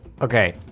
Okay